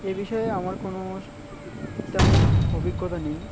এ বিষয়ে আমার কোনো তেমন অভিজ্ঞতা নেই